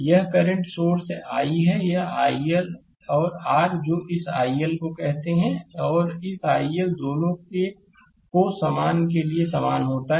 यह current source i है यह iL और r जो इस iL को कहते हैं और इस iL दोनों को समान के लिए समान होना है